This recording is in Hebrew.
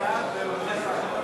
1 4 נתקבלו.